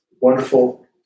wonderful